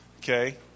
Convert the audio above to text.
Okay